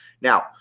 Now